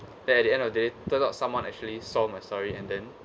at the end of day turn out someone actually saw my story and then